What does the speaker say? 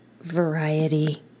variety